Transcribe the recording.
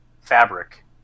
fabric